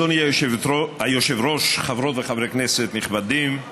אדוני היושב-ראש, חברות וחברי כנסת נכבדים,